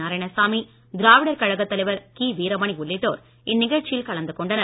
நாராயணசாமி திராவிடர் கழகத் தலைவர் கி வீரமணி உள்ளிட்டோர் இந்நிகழ்ச்சியில் கலந்து கொண்டனர்